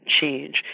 change